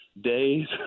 days